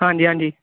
ਹਾਂਜੀ ਹਾਂਜੀ